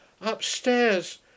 upstairs